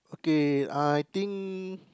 okay I think